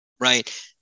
right